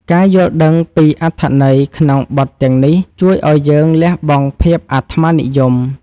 ការយល់ដឹងពីអត្ថន័យក្នុងបទទាំងនេះ ជួយឱ្យយើងលះបង់ភាពអាត្មានិយម។